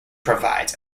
provides